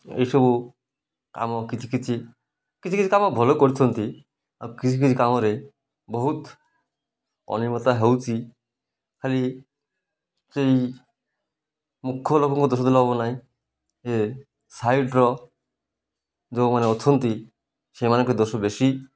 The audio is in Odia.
ଏଇସବୁ କାମ କିଛି କିଛି କିଛି କିଛି କାମ ଭଲ କରିଛନ୍ତି ଆଉ କିଛି କିଛି କାମରେ ବହୁତ ଅନିୟମିତତା ହେଉଛି ଖାଲି ସେଇ ମୁଖ୍ୟ ଲୋକଙ୍କ ଦୋଷ ଦେଲେ ହବ ନାହିଁ ଯେ ସାଇଡ଼୍ର ଯେଉଁମାନେ ଅଛନ୍ତି ସେମାନଙ୍କ ଦୋଷ ବେଶୀ